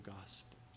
gospel